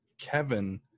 Kevin